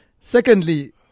Secondly